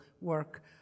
work